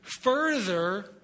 further